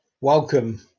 welcome